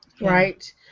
Right